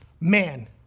man